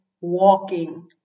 walking